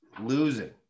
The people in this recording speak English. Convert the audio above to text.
Losing